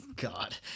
God